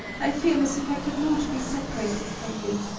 i feel as if i could not be separated from you!